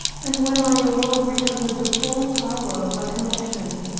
and when i awoke recovered the full power of recollection.